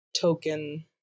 token